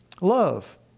love